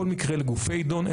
כל מקרה לגופו ידון,